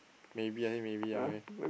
maybe I say maybe ah okay